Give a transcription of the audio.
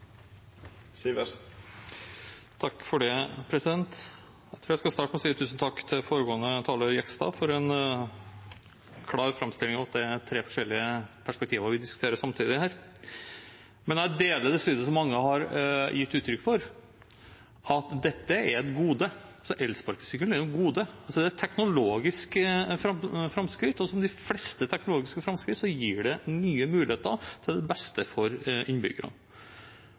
Jegstad, for en klar framstilling av at det er tre forskjellige perspektiver vi diskuterer samtidig her. Men jeg deler det synet som mange har gitt uttrykk for, at dette er et gode. Elsparkesykkelen er et gode. Det er et teknologisk framskritt, og som de fleste teknologiske framskritt gir det nye muligheter til beste for innbyggerne.